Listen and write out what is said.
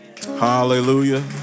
Hallelujah